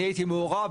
אני הייתי מעורב,